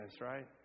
right